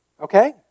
okay